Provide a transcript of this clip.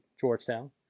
georgetown